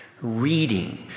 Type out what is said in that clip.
reading